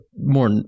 more